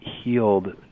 healed